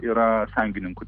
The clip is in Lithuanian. yra sąjungininkų